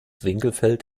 winkelfeld